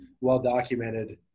well-documented